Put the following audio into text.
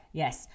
yes